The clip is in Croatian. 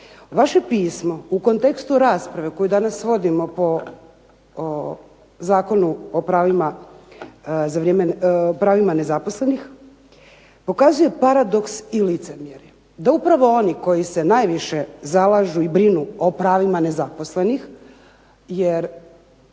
Vaše pismo u kontekstu rasprave koju danas vodimo po Zakonu o pravima nezaposlenih pokazuje paradoks i licemjerje da upravo oni koji se najviše zalažu i brinu o pravima nezaposlenih i